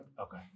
Okay